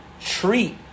treat